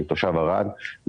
אני תושב ערד.